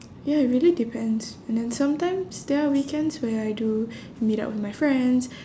ya it really depends and then sometimes there are weekends where I do meet up with my friends